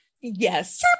Yes